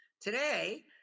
today